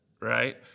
right